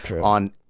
on